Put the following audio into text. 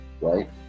right